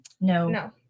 No